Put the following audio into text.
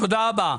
תודה רבה.